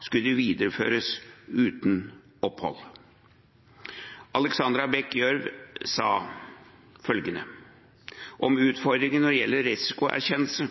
skulle innføres uten opphold. Alexandra Bech Gjørv sa om utfordringen når det gjelder risikoerkjennelse,